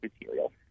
material